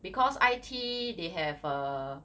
because I_T they have uh